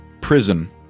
prison